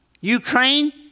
Ukraine